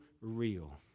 real